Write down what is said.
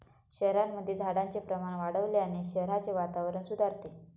शहरांमध्ये झाडांचे प्रमाण वाढवल्याने शहराचे वातावरण सुधारते